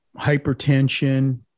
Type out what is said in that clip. hypertension